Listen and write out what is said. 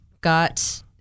got